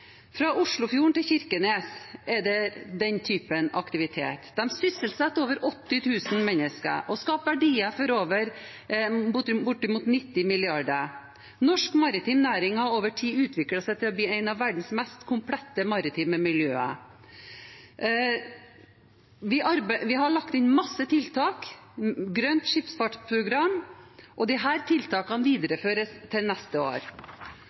bortimot 90 mrd. kr. Norsk maritim næring har over tid utviklet seg til å bli en av verdens mest komplette maritime miljøer. Vi har lagt inn masse tiltak i Grønt Skipsfartsprogram, og disse tiltakene videreføres til neste år.